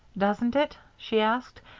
doesn't it? she asked.